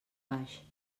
baix